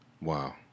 Wow